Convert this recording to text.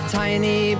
tiny